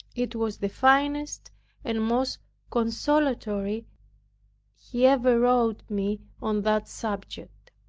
it was the finest and most consolatory he ever wrote me on that subject.